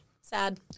Sad